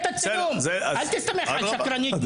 אל תסתמך על שקרנית אחת.